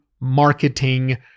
marketing